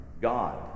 God